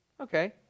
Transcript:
Okay